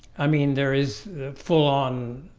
i mean there is full on,